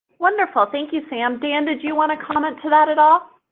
wonderful. thank you, sam. dan, did you want to comment to that at all?